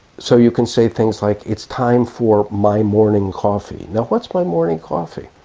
so you can say things like, it's time for my morning coffee. now, what's my morning coffee?